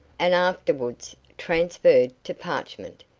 and afterwards transferred to parchment.